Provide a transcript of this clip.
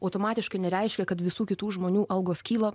automatiškai nereiškia kad visų kitų žmonių algos kyla